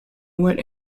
what